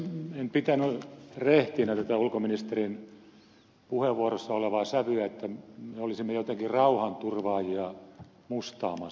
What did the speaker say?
en pitänyt rehtinä tätä ulkoministerin puheenvuorossa olevaa sävyä että me olisimme jotenkin rauhanturvaajia mustaamassa